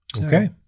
Okay